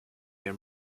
year